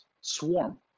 swarm